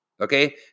Okay